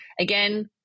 Again